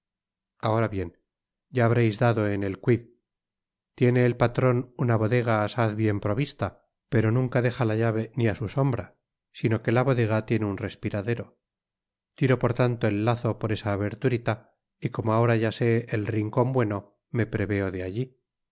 ahora bien ya habreis dado en el quid tiene el patron una bodega asaz bien provista pero nunca deja la llave ni su sombra sino que la bodega tiene un respiradero tiro por tanto el lazo por esa aberturita y como ahora ya sé el rincon bueno me proveo de allí